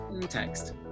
Text